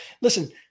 listen